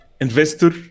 investor